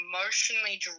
emotionally